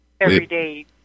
everyday